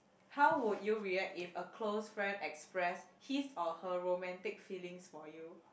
how would you react if a close friend express his or her romantic feelings for you